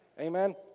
Amen